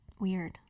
weird